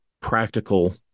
practical